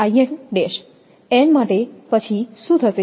n માટે પછી શું થશે